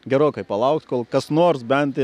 gerokai palaukt kol kas nors bent